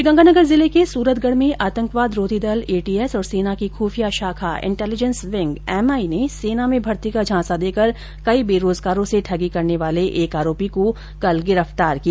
श्रीगंगानगर जिले के सूरतगढ़ में आतंकवाद रोधी दल एटीएस और सेना की खुफिया शाखा इंटेलिजेंस विंग एमआई ने सेना में भर्ती का झांसा देकर कई बेरोजगारों से ठगी करने वाले एक आरोपी को कल गिरफ्तार किया